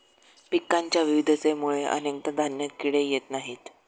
पिकांच्या विविधतेमुळे अनेकदा धान्यात किडे येत नाहीत